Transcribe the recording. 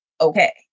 okay